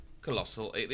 Colossal